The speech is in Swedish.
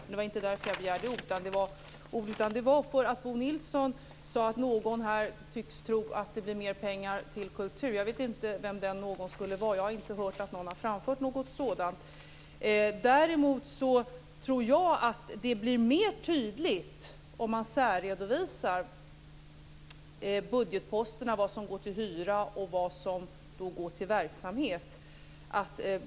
Anledningen till att jag begärde ordet var att Bo Nilsson sade att någon talare tycks tro att det blir mer pengar till kultur. Jag vet inte vilken det skulle vara - jag har inte hört någon framföra något sådant. Däremot tror jag att det blir tydligare om man särredovisar budgetposterna, så att man ser vad som går till hyra och vad som går till verksamhet.